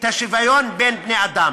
את השוויון בין בני-אדם.